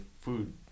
food